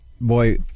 Boy